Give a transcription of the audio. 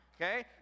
okay